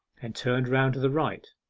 and turned round to the right.